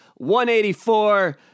184